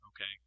Okay